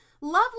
lovely